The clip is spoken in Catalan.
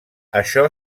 això